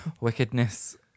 wickedness